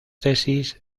tesis